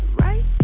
right